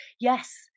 Yes